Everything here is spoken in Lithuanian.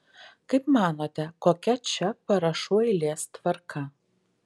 kaip manote kokia čia parašų eilės tvarka